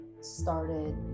started